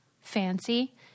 fancy